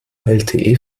lte